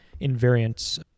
invariants